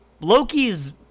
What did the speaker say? Loki's